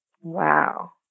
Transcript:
Wow